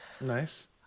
nice